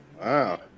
Wow